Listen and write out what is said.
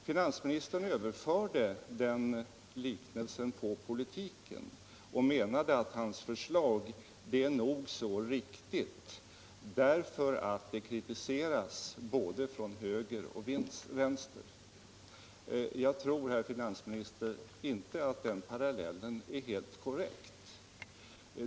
Finansministern överförde den liknelsen på politiken och menade att hans förslag är riktigt, därför att det kritiseras både från höger och vänster. Jag tror inte, herr finansminister, att den parallellen är helt korrekt.